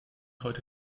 heute